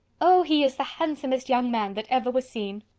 oh! he is the handsomest young man that ever was seen!